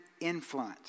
influence